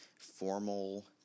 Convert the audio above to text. formal